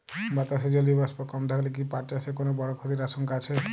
বাতাসে জলীয় বাষ্প কম থাকলে কি পাট চাষে কোনো বড় ক্ষতির আশঙ্কা আছে?